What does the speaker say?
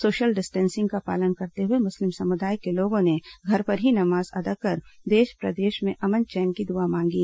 social distancing का पालन करते हुए मुस्लिम समुदाय के लोगों ने घर पर ही नमाज अदा कर देश प्रदेश में अमन चैन की दुआ मांगी